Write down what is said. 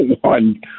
one